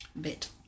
bit